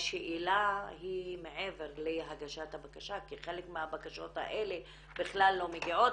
השאלה היא מעבר להגשת הבקשה כי חלק מהבקשות האלה בכלל לא מגיעות